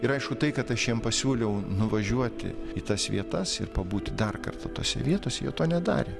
ir aišku tai kad aš jiem pasiūliau nuvažiuoti į tas vietas ir pabūti dar kartą tose vietose jie to nedarė